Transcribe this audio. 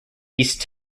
east